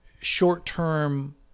short-term